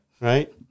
right